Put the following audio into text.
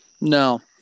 No